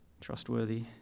trustworthy